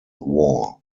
war